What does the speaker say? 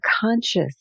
conscious